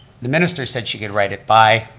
the minister said she could write it by,